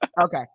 Okay